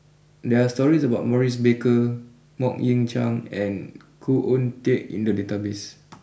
there are stories about Maurice Baker Mok Ying Jang and Khoo Oon Teik in the database